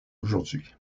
aujourd’hui